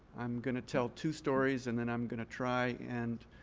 i'm going to tell two stories. and then i'm going to try and